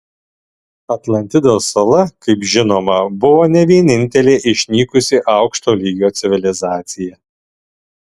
atlantidos sala kaip žinoma buvo ne vienintelė išnykusi aukšto lygio civilizacija